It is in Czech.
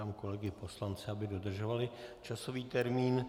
Žádám kolegy poslance, aby dodržovali časový termín.